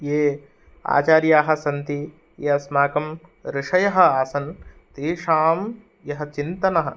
ये आचार्याः सन्ति ये अस्माकम् ऋषयः आसन् तेषां यत् चिन्तनं